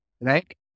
right